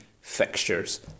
fixtures